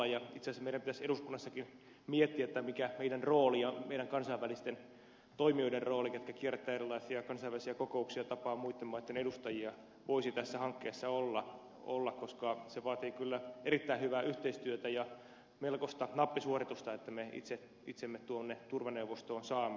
itse asiassa meidän pitäisi eduskunnassakin miettiä mikä meidän roolimme ja niiden meidän kansainvälisten toimijoidemme rooli jotka kiertävät erilaisia kansainvälisiä kokouksia tapaavat muitten maitten edustajia voisi tässä hankkeessa olla koska se vaatii kyllä erittäin hyvää yhteistyötä ja melkoista nappisuoritusta että me itsemme tuonne turvaneuvostoon saamme